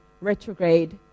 retrograde